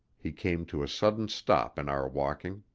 he came to a sudden stop in our walking.